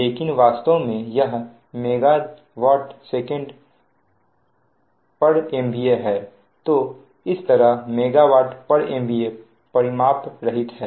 लेकिन वास्तव में यह MW secMVA है तो इस तरह MWMVA परिमापरहित है